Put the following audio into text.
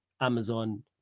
Amazon